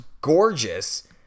gorgeous